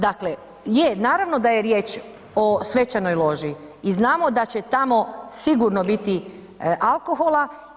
Dakle, je, naravno da je riječ o svečanoj loži i znamo da će tamo sigurno biti alkohola.